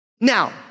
Now